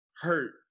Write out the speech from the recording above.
hurt